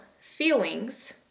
Feelings